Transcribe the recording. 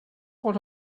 what